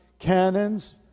Cannons